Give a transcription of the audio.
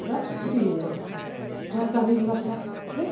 ପୁରା କ୍ଷତି ହେଇଯାଇସି ଜ ପାନି ଯିବା ସେଇଟା ତାପରେ